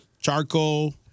charcoal